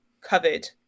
covered